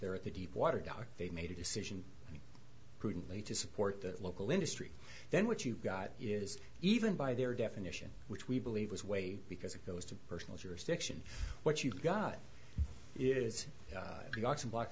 there at the deepwater dock they made a decision prudently to support the local industry then what you've got is even by their definition which we believe was way because it goes to personal jurisdiction what you've got is the auction block